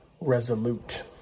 resolute